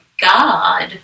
God